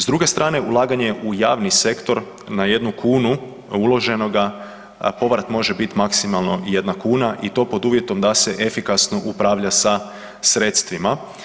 S druge strane ulaganje u javni sektor na jednu kunu uloženoga povrat može biti maksimalno jedna kuna i to pod uvjetom da se efikasno upravlja sa sredstvima.